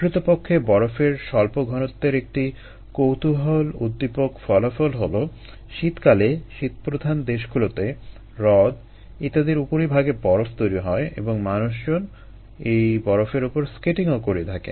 প্রকৃতপক্ষে বরফের স্বল্প ঘনত্বের একটি কৌতুহলোদ্দীপক ফলাফল হলো শীতকালে শীতপ্রধান দেশগুলোতে হ্রদ ইত্যাদির উপরিভাগে বরফ তৈরি হয় এবং মানুষজন এই বরফের উপর স্কেটিংও করে থাকে